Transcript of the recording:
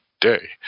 Day